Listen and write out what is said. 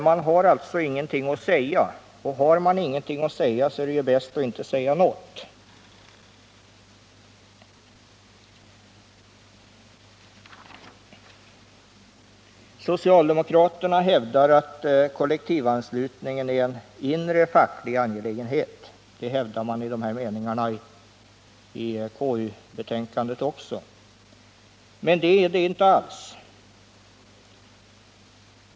Man har ingenting att säga, och har man ingenting att säga är det ju bäst att inte säga någonting. Socialdemokraterna hävdar att kollektivanslutningen är en inre facklig angelägenhet, och det hävdas i konstitutionsutskottets betänkande också. Men det är det inte alls.